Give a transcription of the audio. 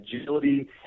agility